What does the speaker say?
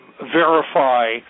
verify